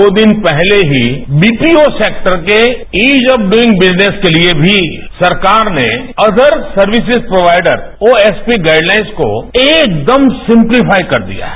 दो दिन पहले ही बीपीओ सेक्टर के इज ऑफ डूईग बिजिनस से लिए सरकार ने other services provider OSP guidelines को एकदम सिम्लिफाई कर दिया है